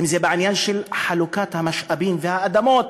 אם בעניין של חלוקת המשאבים והאדמות.